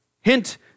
Hint